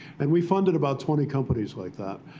and we funded about twenty companies like that,